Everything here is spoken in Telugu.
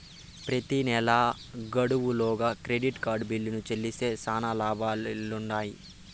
ప్రెతి నెలా గడువు లోగా క్రెడిట్ కార్డు బిల్లుని చెల్లిస్తే శానా లాబాలుండిన్నాయి